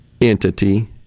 Entity